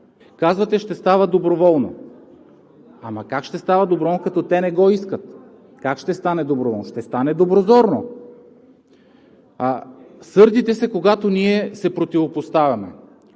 Казвате: ще става доброволно. Ама как ще става доброволно, като те не го искат? Как ще стане доброволно? Ще стане доброзорно. Сърдите се, когато ние се противопоставяме.